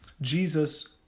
Jesus